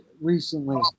recently